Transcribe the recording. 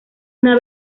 una